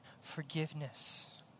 forgiveness